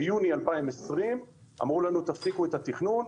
ביוני 2020 אמרו לנו: תפסיקו את התכנון,